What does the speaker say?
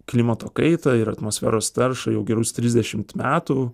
klimato kaitą ir atmosferos taršą jau gerus trisdešimt metų